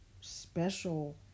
special